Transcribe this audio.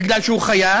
בגלל שהוא חייל,